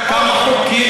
אתה גם הגשת כמה חוקים,